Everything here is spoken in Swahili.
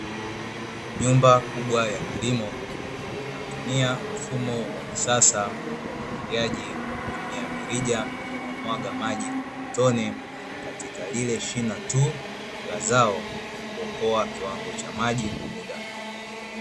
Nyumba kubwa ya kilimo, inayotumia mfumo wa kisasa wa umwagiliaji wa kutumia mirija; unaomwaga maji kwa matone katika lile shina tu la zao, kuokoa kiwango cha maji na muda.